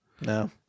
No